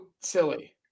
silly